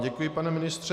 Děkuji vám, pane ministře.